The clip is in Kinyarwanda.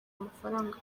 amafaranga